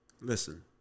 listen